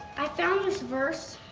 i found this verse.